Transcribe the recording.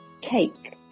cake